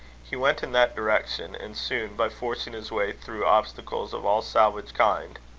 he went in that direction and soon, by forcing his way through obstacles of all salvage kinds,